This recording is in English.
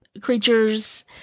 creatures